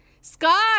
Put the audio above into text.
Scott